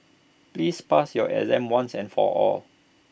please pass your exam once and for all